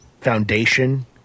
foundation